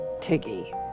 Tiggy